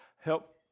help